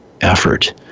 effort